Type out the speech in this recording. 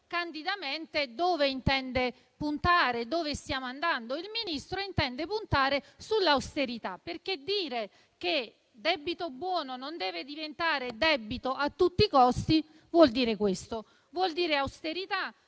candidamente dove intende puntare e dove stiamo andando. Il Ministro intende puntare sull'austerità, perché dire che il debito buono non deve diventare debito a tutti i costi vuol dire questo; vuol dire austerità,